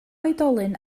oedolyn